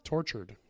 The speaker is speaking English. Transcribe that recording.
Tortured